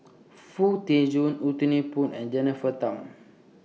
Foo Tee Jun Anthony Poon and Jennifer Tham